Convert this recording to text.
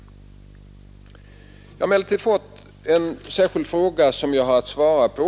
Sedan har jag också fått en fråga som jag här vill svara på.